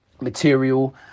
material